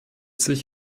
sich